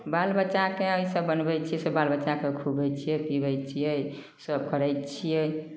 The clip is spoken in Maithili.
बाल बच्चाके इसभ बनबै छियै से बाल बच्चाकेँ खुअबै छियै पिअबै छियै सभ करै छियै